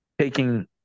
taking